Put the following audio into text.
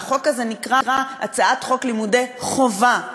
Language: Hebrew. והחוק הזה נקרא הצעת חוק לימודי חובה,